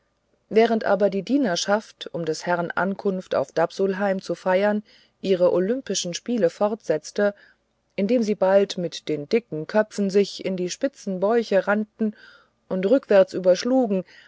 während aber die dienerschaft um des herrn ankunft auf dapsulheim zu feiern ihre olympischen spiele fortsetzte indem sie bald mit den dicken köpfen sich in die spitzen bäuche rannten und rückwärts überschlugen